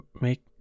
make